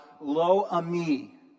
Lo-Ami